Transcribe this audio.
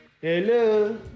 Hello